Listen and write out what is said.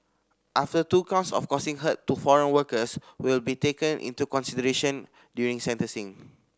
after two counts of causing hurt to foreign workers will be taken into consideration during sentencing